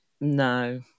No